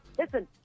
Listen